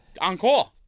encore